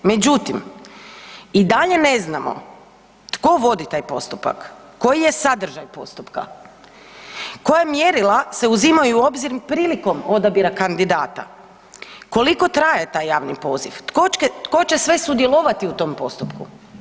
Međutim, i dalje ne znamo tko vodi taj postupak, koji je sadržaj postupka, koja mjerila se uzimaju u obzir prilikom odabira kandidata, koliko traje taj javni poziv, tko će se sve sudjelovati u tom postupku?